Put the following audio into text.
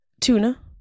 tuna